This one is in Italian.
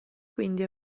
quindi